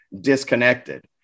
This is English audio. disconnected